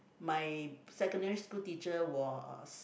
my secondary school teacher was